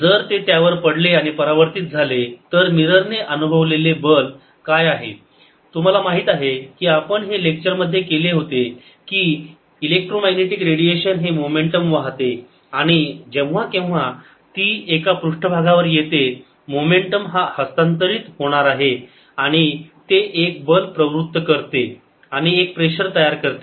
जर ते त्यावर पडले आणि परावर्तित झाले तर मिरर ने अनुभवलेले बल काय आहे तुम्हाला माहित आहे की आपण हे लेक्चर मध्ये केले होते की इलेक्ट्रोमॅग्नेटिक रेडिएशन हे मोमेंटम वाहते आणि जेव्हा केव्हा ती एका पृष्ठभागावर येते मोमेंटम हा हस्तांतरित होणार आहे आणि ते एक बल प्रवृत्त करते आणि एक प्रेशर तयार करते